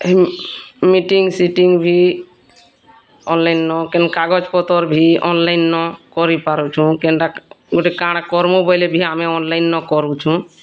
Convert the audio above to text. meeting sitting ଭି online ନ କେନ୍ କାଗଜ ପତର୍ ଭି ଅନ୍ଲାଇନ୍ କରିପାରୁଚୁଁ ତ କେନ୍ତା ଗୋଟେ କାଣା କର୍ମୁଁ ବୋଲେ ଅନ୍ଲାଇନ୍ କରୁଛୁଁ